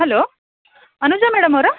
hello Anuja madam ಅವ್ರಾ